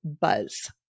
buzz